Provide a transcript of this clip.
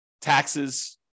taxes